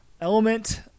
Element